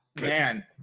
man